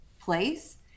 place